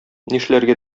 нишләргә